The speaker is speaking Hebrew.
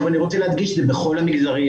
אני רוצה להדגיש שבכל המגזרים,